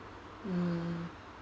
mm